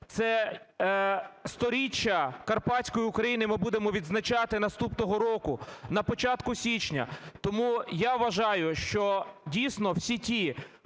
це 100-річчя Карпатської України ми будемо відзначати наступного року на початку січня. Тому я вважаю, що, дійсно, всі ті,